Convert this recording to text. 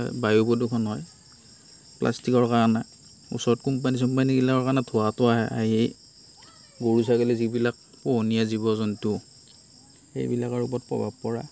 বায়ু প্ৰদূষণ হয় প্লাষ্টিকৰ কাৰণে ওচৰত কোম্পানী চোম্পানীগিলাকৰ কাৰণে ধোঁৱাটো আহে আহি গৰু ছাগলী যিবিলাক পোহনীয়া জীৱ জন্তু সেইবিলাকৰ ওপৰত প্ৰভাৱ পৰা